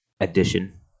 addition